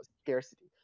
scarcity